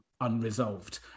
unresolved